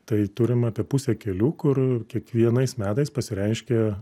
tai turim apie pusę kelių kur kiekvienais metais pasireiškia